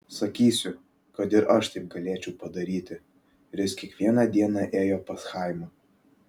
sakysiu kad ir aš taip galėčiau padaryti ris kiekvieną dieną ėjo pas chaimą